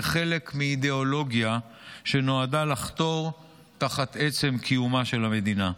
כחלק מאידאולוגיה שנועדה לחתור תחת עצם קיומה של המדינה.